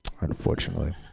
Unfortunately